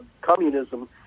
communism